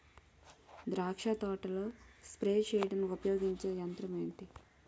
ద్రాక్ష తోటలో స్ప్రే చేయడానికి ఉపయోగించే యంత్రం ఎంటి?